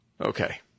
Okay